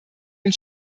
den